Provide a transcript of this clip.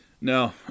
No